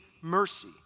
mercy